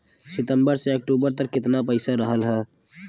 सितंबर से अक्टूबर तक कितना पैसा रहल ह?